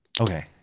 Okay